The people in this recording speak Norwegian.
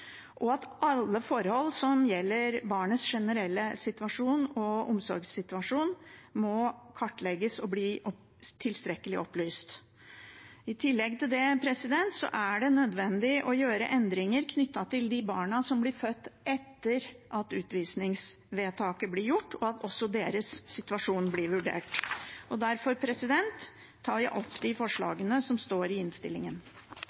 og at alle forhold som gjelder barnets generelle situasjon og omsorgssituasjon, må kartlegges og bli tilstrekkelig opplyst. I tillegg er det nødvendig å gjøre endringer knyttet til de barna som blir født etter at utvisningsvedtaket blir gjort, og at også deres situasjon blir vurdert. Dermed tar jeg opp